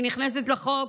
אני נכנסת לחוק